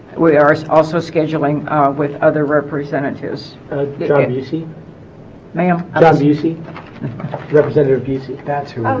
we are also scheduling with other representatives so and you see ma'am does you see representative busey that's who